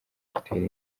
gutera